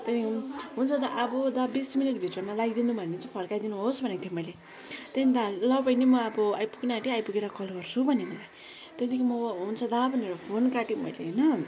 त्यहाँदेखि हुन्छ दादा अब दादा बिस मिनट भित्रमा ल्याइदिनु भएन भने चाहिँ फर्काइदिनुहोस् भनेको थिएँ मैले त्यहाँदेखि त ल बहिनी म अब आइपुग्न आँटे आइपुगेर कल गर्छु भन्यो मलाई त्यहाँदेखि म हुन्छ दादा भनेर फोन काटेँ मैले होइन